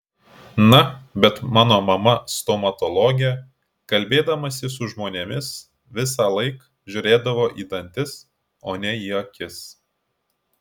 na bet ir mano mama stomatologė kalbėdamasi su žmonėmis visąlaik žiūrėdavo į dantis o ne į akis